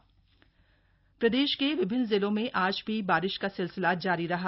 मौसम प्रदेश के विभिन्न जिलों में आज भी बारिश का सिलसिला जारी रहा